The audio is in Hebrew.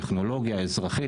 הטכנולוגיה האזרחית,